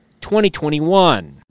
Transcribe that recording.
2021